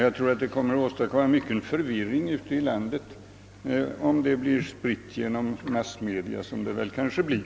Jag tror att det kommer att åstadkomma stor förvirring även ute i landet, om det blir spritt genom massmedia, vilket det kanske blir.